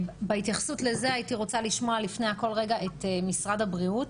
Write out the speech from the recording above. בהתייחסות לזה הייתי רוצה לשמוע לפני הכל את משרד הבריאות.